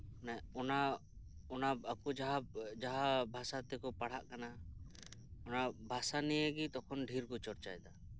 ᱚᱱᱟ ᱚᱱᱟ ᱟᱠᱚ ᱡᱟᱦᱟᱸ ᱡᱟᱦᱟᱸ ᱵᱷᱟᱥᱟ ᱛᱮᱠᱚ ᱯᱟᱲᱦᱟᱜ ᱠᱟᱱᱟ ᱚᱱᱟ ᱵᱷᱟᱥᱟ ᱱᱤᱭᱮ ᱜᱮ ᱛᱚᱠᱷᱚᱱ ᱰᱷᱮᱨ ᱠᱚ ᱪᱚᱨᱪᱟ ᱭᱮᱫᱟ